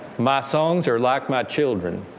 my songs are like my children.